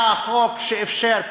היה החוק שאפשר,